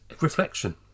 reflection